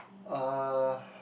uh